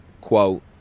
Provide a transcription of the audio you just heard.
quote